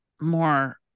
more